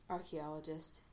Archaeologist